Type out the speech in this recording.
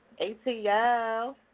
ATL